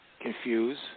Confuse